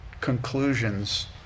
conclusions